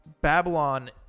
Babylon